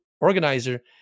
organizer